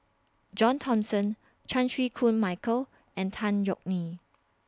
John Thomson Chan Chew Koon Michael and Tan Yeok Nee